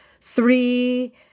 three